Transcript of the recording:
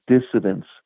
dissidents